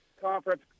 conference